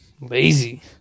lazy